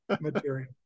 material